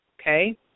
Okay